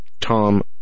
Tom